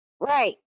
Right